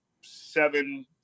seven